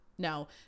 No